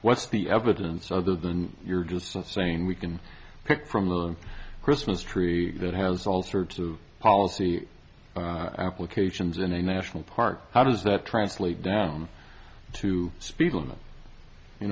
what's the evidence other than you're just insane we can pick from the christmas tree that has all sorts of policy applications in a national park how does that translate down to speed limits you